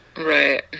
Right